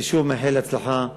אני שוב מאחל הצלחה לבית,